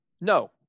no